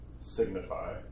signify